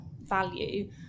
value